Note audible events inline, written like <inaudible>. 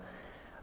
<breath>